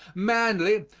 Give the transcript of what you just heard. manly,